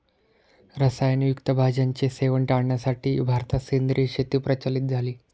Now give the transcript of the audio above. रसायन युक्त भाज्यांचे सेवन टाळण्यासाठी भारतात सेंद्रिय शेती प्रचलित झाली